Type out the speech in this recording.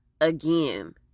again